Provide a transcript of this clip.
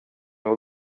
var